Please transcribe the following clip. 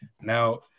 Now